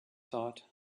thought